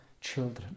children